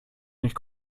nicht